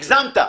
הגזמת.